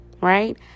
right